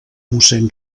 mossèn